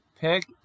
pick